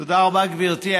תודה רבה, גברתי.